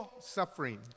Suffering